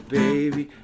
baby